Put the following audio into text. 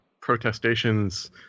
protestations